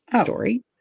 story